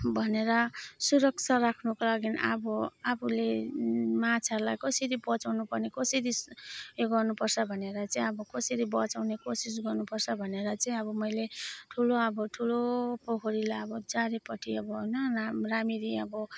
भनेर सुरक्षा राख्नुको लागि अब आफूले माछालाई कसरी बचाउनुपर्ने कसरी यो गर्नुपर्छ भनेर चाहिँ अब कसरी बचाउने कोसिस गर्नुपर्छ भनेर चाहिँ अब मैले ठुलो अब ठुलो पोखरीलाई अब चारैपट्टि अब होइन राम राम्रेरी अब